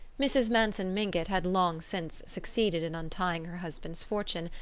mrs. manson mingott had long since succeeded in untying her husband's fortune,